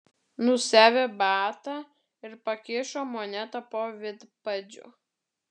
nusiavė batą ir pakišo monetą po vidpadžiu